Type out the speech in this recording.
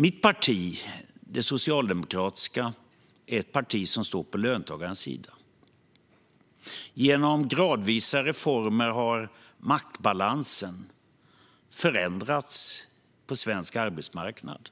Mitt parti, det socialdemokratiska, är ett parti som står på löntagarens sida. Genom gradvisa reformer har maktbalansen förändrats på svensk arbetsmarknad.